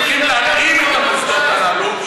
שהולכים להלאים את המוסדות הללו,